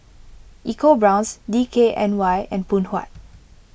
EcoBrown's D K N Y and Phoon Huat